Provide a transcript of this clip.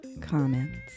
comments